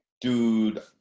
dude